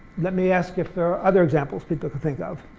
let me ask if there are other examples people could think of.